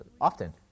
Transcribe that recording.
often